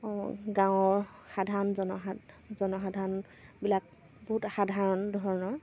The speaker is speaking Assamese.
গাঁৱৰ সাধাৰণ জনসাধাৰণবিলাক বহুত সাধাৰণ ধৰণৰ